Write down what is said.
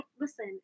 listen